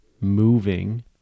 moving